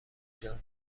جان